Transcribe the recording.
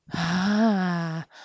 !huh!